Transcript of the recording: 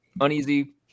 uneasy